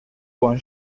con